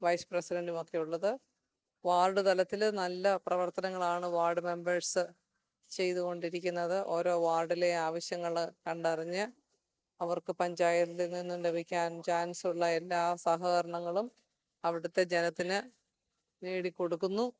vice പ്രസിഡൻറ്റുമൊക്കെയുള്ളത് ward തലത്തില് നല്ല പ്രവർത്തനങ്ങളാണ് വാർഡ് മെംബേഴ്സ് ചെയ്തുകൊണ്ടിരിക്കുന്നത് ഓരോ വാർഡിലെ ആവശ്യങ്ങള് കണ്ടറിഞ്ഞ് അവർക്ക് പഞ്ചായത്തിൽ നിന്നു ലഭിക്കാൻ ചാൻസുള്ള എല്ലാ സഹകരണങ്ങളും അവിടത്തെ ജനത്തിന് നേടിക്കൊടുക്കുന്നു